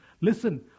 listen